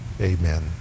Amen